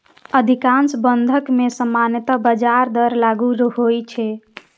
अधिकांश बंधक मे सामान्य ब्याज दर लागू होइ छै